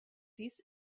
dies